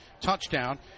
touchdown